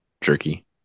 jerky